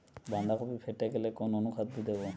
বাঁধাকপি ফেটে গেলে কোন অনুখাদ্য দেবো?